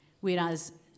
Whereas